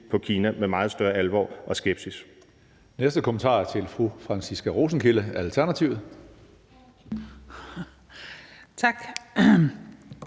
på Kina med meget større alvor og skepsis.